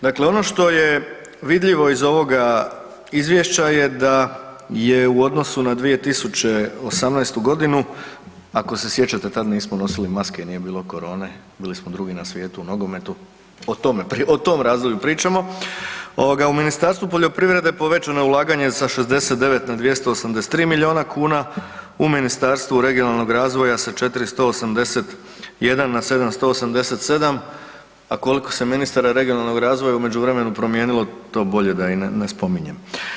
Dakle, ono što je vidljivo iz ovoga Izvješća je da je u odnosu na 2018. godinu, ako se sjećate tad nismo nosili maske i nije bilo korone, bili smo drugi na svijetu u nogometu, o tom razdoblju pričamo, u Ministarstvu poljoprivrede povećano je ulaganje sa 69 na 283 milijuna kuna, u Ministarstvu regionalnog razvoja sa 481 na 787, a koliko se ministara regionalnog razvoja u međuvremenu promijenilo to bolje da i ne spominjem.